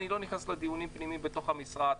אני לא נכנס לדיונים פנימיים בתוך המשרד,